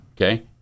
Okay